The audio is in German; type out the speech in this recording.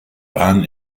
waren